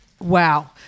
wow